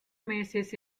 meses